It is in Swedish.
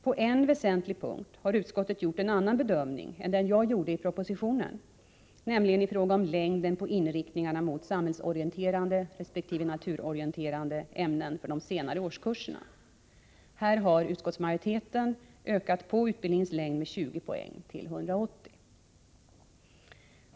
På en väsentlig punkt har utskottet gjort en annan bedömning än den jag gjorde i propositionen, nämligen i fråga om längden på inriktningarna mot samhällsorienterande resp. naturorienterande ämnen för de senare årskurserna. Där har utskottsmajoriteten ökat på utbildningens längd med 20 poäng till 180.